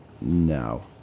No